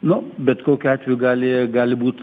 nu bet kokiu atveju gali gali būt